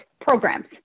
programs